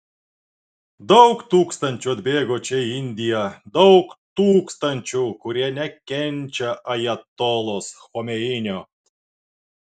daug tūkstančių atbėgo čia į indiją daug tūkstančių kurie nekenčia ajatolos chomeinio